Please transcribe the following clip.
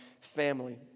family